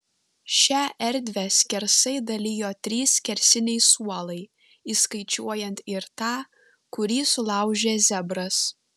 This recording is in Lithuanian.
šią erdvę skersai dalijo trys skersiniai suolai įskaičiuojant ir tą kurį sulaužė zebras